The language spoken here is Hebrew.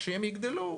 כשהם יגדלו,